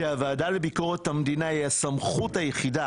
שהוועדה לביקורת המדינה היא הסמכות היחידה